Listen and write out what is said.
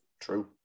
true